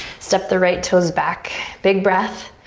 step the right toes back. big breath.